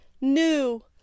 new